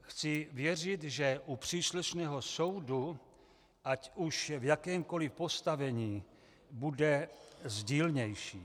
Chci věřit, že u příslušného soudu, ať už v jakémkoliv postavení, bude sdílnější.